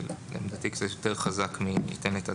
זה יותר חזק מאשר ייתן את הדעת.